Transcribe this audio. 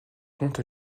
comte